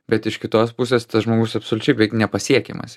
bet iš kitos pusės tas žmogus absoliučiai beveik nepasiekiamas